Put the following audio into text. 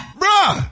bruh